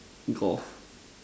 golf